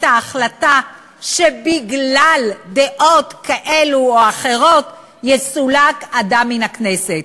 ההחלטה שבגלל דעות כאלה או אחרות יסולק אדם מן הכנסת.